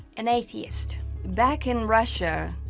an atheist back in russia